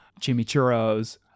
chimichurros